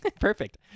Perfect